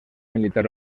militar